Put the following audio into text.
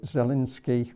Zelensky